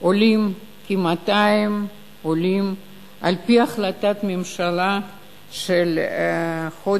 עולים כ-200 עולים על-פי החלטת ממשלה מחודש